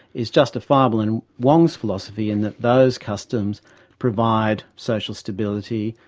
is justifiable in wong's philosophy in that those customs provide social stability,